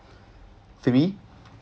three